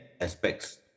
aspects